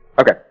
Okay